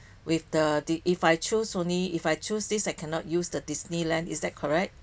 with the if I choose only if I choose this I cannot use the disneyland is that correct